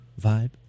vibe